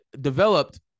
developed